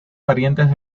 parientes